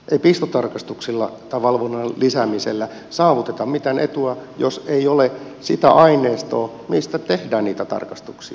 ei pistotarkastuksilla tai valvonnan lisäämisellä saavuteta mitään etua jos ei ole sitä aineistoa mistä tehdään niitä tarkastuksia